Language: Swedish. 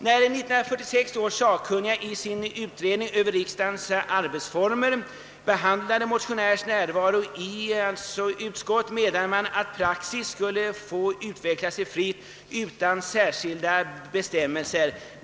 När 1946 års sakkunniga i sin utredning över riksdagens arbetsformer behandlade motionärs närvaro i utskott menade man att praxis skulle få utveckla sig fritt utan särskilda bestämmelser.